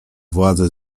władze